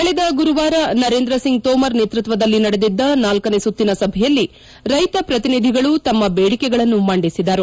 ಕಳೆದ ಗುರುವಾರ ನರೇದ್ರ ಸಿಂಗ್ ತೋಮರ್ ನೇತೃತ್ವದಲ್ಲಿ ನಡೆದಿದ್ದ ನಾಲ್ಕನೇ ಸುತ್ತಿನ ಸಭೆಯಲ್ಲಿ ರೈತ ಪ್ರತಿನಿಧಿಗಳು ತಮ್ಮ ಬೇಡಿಕೆಗಳನ್ನು ಮಂಡಿಸಿದರು